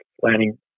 planning